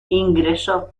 ingresó